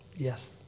Yes